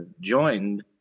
joined